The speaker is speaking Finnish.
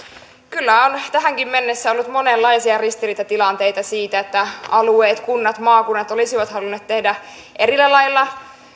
kyllä on tähänkin mennessä ollut monenlaisia ristiriitatilanteita siinä että alueet kunnat maakunnat olisivat halunneet tehdä eri lailla